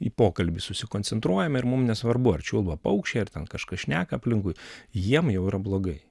į pokalbį susikoncentruojam ir mum nesvarbu ar čiulba paukščiai ar ten kažkas šneka aplinkui jiem jau yra blogai